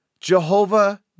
Jehovah